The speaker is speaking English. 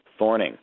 Thorning